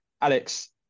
alex